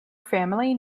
family